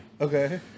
Okay